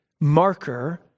marker